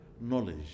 knowledge